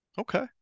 Okay